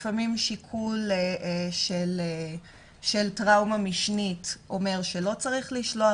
לפעמים שיקול של טראומה משנית אומר שלא צריך לשלוח